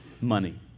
money